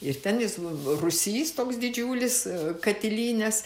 ir ten jis rūsys toks didžiulis katilinės